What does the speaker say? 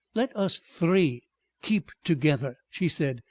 let us three keep together, she said.